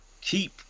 keep